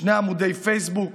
שני עמודי פייסבוק